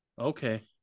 Okay